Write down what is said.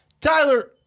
Tyler